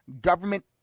government